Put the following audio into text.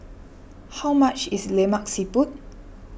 how much is Lemak Siput